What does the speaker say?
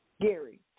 Gary